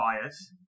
Bias